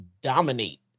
dominate